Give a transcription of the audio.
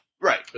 right